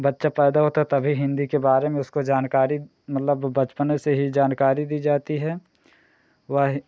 बच्चा पैदा होता है तभी हिन्दी के बारे में उसको जानकारी मतलब बचपन से ही जानकारी दी जाती है वही